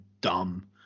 dumb